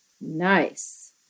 Nice